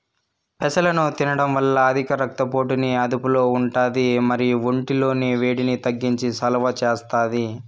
పెసలను తినడం వల్ల అధిక రక్త పోటుని అదుపులో ఉంటాది మరియు ఒంటి లోని వేడిని తగ్గించి సలువ చేస్తాది